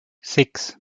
six